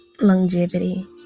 longevity